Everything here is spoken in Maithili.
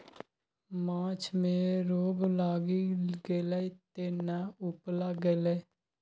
माछ मे रोग लागि गेलै तें ने उपला गेलै